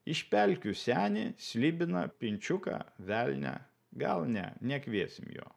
iš pelkių senį slibiną pinčiuką velnią gal ne nekviesim jo